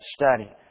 study